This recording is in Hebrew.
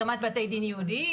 כמו הקמת בתי דין ייעודיים,